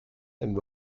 and